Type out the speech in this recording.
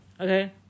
Okay